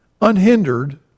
unhindered